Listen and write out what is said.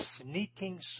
sneaking